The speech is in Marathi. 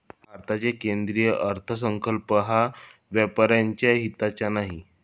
भारताचा केंद्रीय अर्थसंकल्प हा व्यापाऱ्यांच्या हिताचा नाही